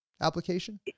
application